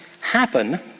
happen